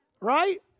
Right